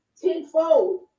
tenfold